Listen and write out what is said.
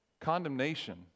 Condemnation